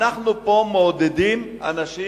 אנחנו מעודדים פה אנשים